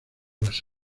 las